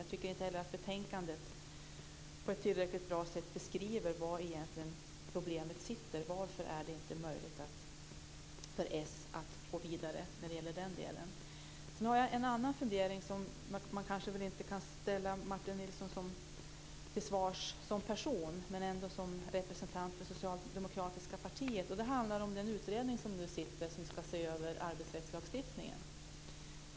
Jag tycker inte heller att betänkandet på ett tillräckligt bra sätt beskriver var problemet ligger och varför det inte är möjligt för s att gå vidare i den delen. Det andra kan man kanske inte ställa Martin Nilsson som person till svars för, men väl som representant för det socialdemokratiska partiet. Det handlar om den utredning som nu ska se över arbetsrättslagstiftningen.